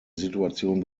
situation